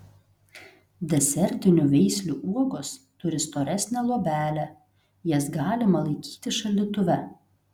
desertinių veislių uogos turi storesnę luobelę jas galima laikyti šaldytuve